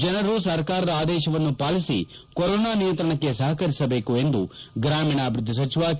ಜನರು ಸರ್ಕಾರದ ಆದೇಶವನ್ನು ಪಾಲಿಸಿ ಕೊರೋನಾ ನಿಯಂತ್ರಣಕ್ಕೆ ಸಹಕರಿಸಬೇಕು ಎಂದು ಗ್ರಾಮೀಣಾಭಿವೃದ್ಧಿ ಸಚಿವ ಕೆ